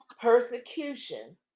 persecution